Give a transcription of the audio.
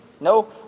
no